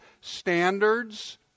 standards